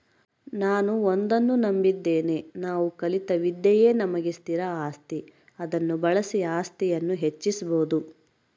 ನಾನು ಒಂದನ್ನು ನಂಬಿದ್ದೇನೆ ನಾವು ಕಲಿತ ವಿದ್ಯೆಯೇ ನಮಗೆ ಸ್ಥಿರ ಆಸ್ತಿ ಅದನ್ನು ಬಳಸಿ ಆಸ್ತಿಯನ್ನು ಹೆಚ್ಚಿಸ್ಬೋದು